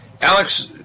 Alex